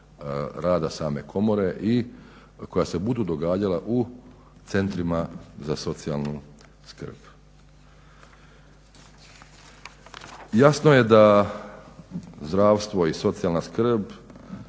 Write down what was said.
rada same komore i koja se budu događala u centrima za socijalnu skrb. Jasno je da zdravstvo i socijalna skrb